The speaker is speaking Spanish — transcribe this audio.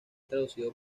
traducido